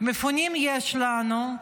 מפונים יש לנו,